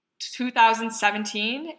2017